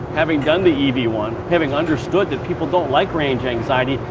having done the e v one, having understood that people don't like range anxiety,